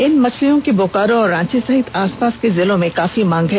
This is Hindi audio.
इन मछलियों की बोकारो और रांची सहित आसपास के जिलों में काफी मांग है